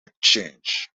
exchange